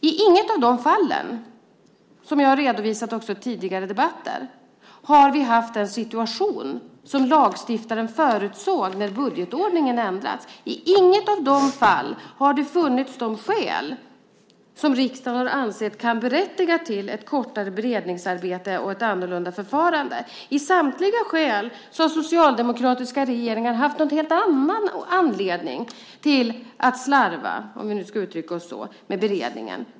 I inget av fallen, vilket jag också redovisat i tidigare debatter, har vi haft en situation som lagstiftaren förutsett när budgetordningen ändrats. I inget av de fallen har det funnits sådana skäl som riksdagen ansett kunnat berättiga till ett kortare beredningsarbete och ett annorlunda förfarande. I samtliga fall har socialdemokratiska regeringar haft någon helt annan anledning till att slarva, om vi nu ska uttrycka oss så, med beredningen.